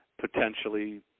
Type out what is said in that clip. potentially